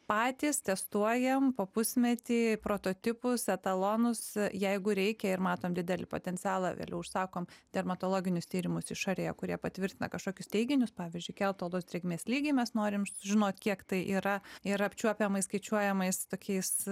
patys testuojam po pusmetį prototipus etalonus jeigu reikia ir matom didelį potencialą vėliau užsakom dermatologinius tyrimus išorėje kurie patvirtina kažkokius teiginius pavyzdžiui kelt odos drėgmės lygį mes norim žinot kiek tai yra ir apčiuopiamai skaičiuojamais tokiais